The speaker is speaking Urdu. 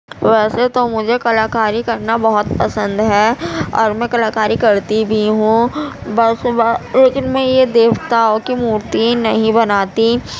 ویسے تو مجھے کلاکاری کرنا بہت پسند ہے اور میں کلاکاری کرتی بھی ہوں بس صبح لیکن میں یہ دیوتاؤں کی مورتی نہیں بناتی